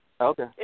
Okay